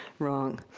wrong.